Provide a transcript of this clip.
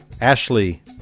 ashley